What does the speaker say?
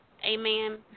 Amen